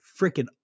freaking